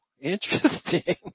interesting